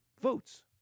votes